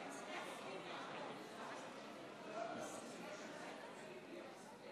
לפיכך אני קובע שהצעת חוק-יסוד: הכנסת (תיקון מס' 50,